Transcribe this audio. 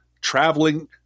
Traveling